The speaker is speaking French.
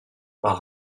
par